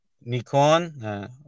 Nikon